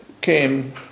came